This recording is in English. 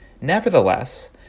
Nevertheless